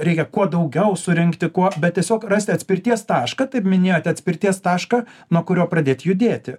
reikia kuo daugiau surinkti kuo bet tiesiog rasti atspirties tašką taip minėjot atspirties tašką nuo kurio pradėt judėti